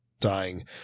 dying